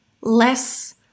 less